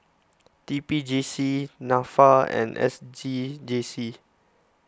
T P J C Nafa and S G G C